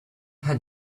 had